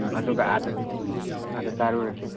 ꯎꯝ ꯑꯗꯨꯒ ꯑꯥꯗ ꯎꯝ ꯑꯥꯗ ꯆꯥꯔꯨꯔꯁꯦ